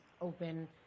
open